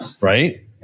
right